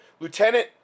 Lieutenant